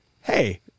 hey